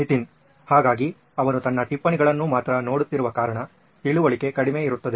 ನಿತಿನ್ ಹಾಗಾಗಿ ಅವನು ತನ್ನ ಟಿಪ್ಪಣಿಗಳನ್ನು ಮಾತ್ರ ನೋಡುತ್ತಿರುವ ಕಾರಣ ತಿಳುವಳಿಕೆ ಕಡಿಮೆ ಇರುತ್ತದೆ